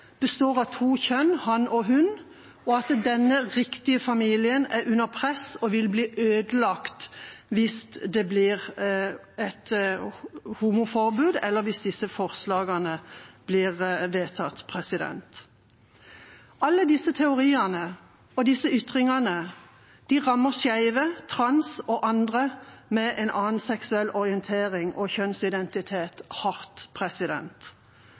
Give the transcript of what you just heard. består av to kjønn – han og hun, og at denne riktige familien er under press og vil bli ødelagt hvis det blir et homoterapiforbud, eller hvis disse forslagene blir vedtatt. Alle disse teoriene og ytringene rammer skeive, transpersoner og andre med en annen seksuell orientering og kjønnsidentitet hardt.